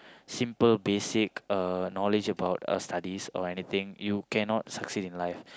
simple basic uh knowledge about studies or anything you cannot succeed in life